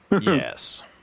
Yes